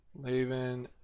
Laven